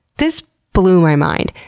this blew my mind.